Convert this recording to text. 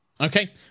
Okay